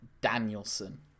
Danielson